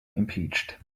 impeached